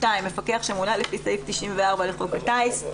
מפקח שמונה לפי סעיף 94 לחוק הטיס.